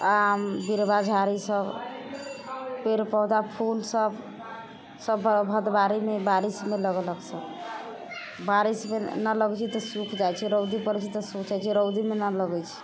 आ बिरबा झाड़ी सब पेड़ पौधा फूल सब सब भदवारीमे बारिशमे लगेलक सब बारिशमे नहि लगैत छै तऽ सूख जाइत छै रौदी पड़ैत छै तऽ सूख जाइत छै रौदीमे नहि लगैत छै